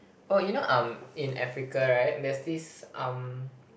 oh you know um in Africa right there's this um